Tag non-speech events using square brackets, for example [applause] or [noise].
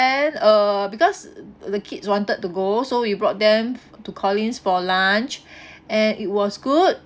uh because [noise] the kids wanted to go so we brought them to collin's for lunch and it was good